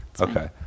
Okay